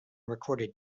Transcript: recorded